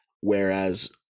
whereas